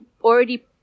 already